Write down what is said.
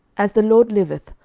as the lord liveth,